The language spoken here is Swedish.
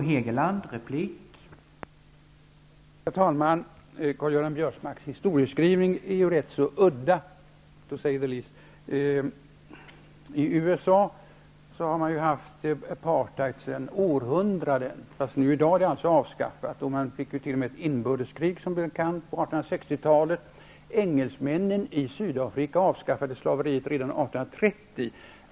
Herr talman! Karl-Göran Biörsmarks historiebeskrivning är rätt udda. I USA har man haft apartheid sedan århundraden. I dag är den avskaffad. Det blev t.o.m. inbördeskrig på 1860 talet, som bekant. Engelsmännen i Sydafrika avskaffade slaveriet redan 1830.